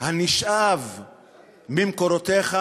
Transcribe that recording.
באוויר הנשאב ממקורותיך,